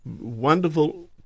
wonderful